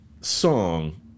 song